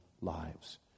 lives